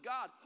God